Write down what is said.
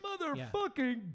motherfucking